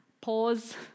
Pause